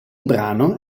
brano